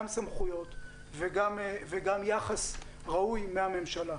גם סמכויות וגם יחס ראוי מהממשלה.